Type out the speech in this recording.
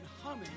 humming